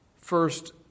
first